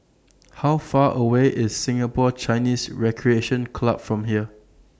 How Far away IS Singapore Chinese Recreation Club from here